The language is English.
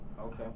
Okay